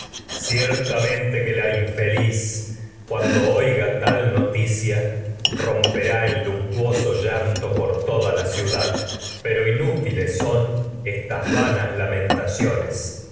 ciertamente que desdichada madre la infeliz cuando oiga la tal noticia romperá en luctuoso llanto por toda lamentaciones ciudad pero inútiles son estas vanas